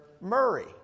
Murray